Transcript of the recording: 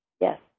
Yes